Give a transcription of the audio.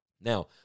Now